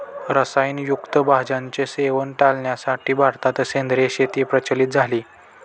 रसायन युक्त भाज्यांचे सेवन टाळण्यासाठी भारतात सेंद्रिय शेती प्रचलित झाली